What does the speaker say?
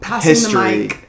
history